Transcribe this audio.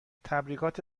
تبریکات